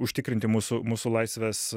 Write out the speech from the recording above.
užtikrinti mūsų mūsų laisves